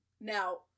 Now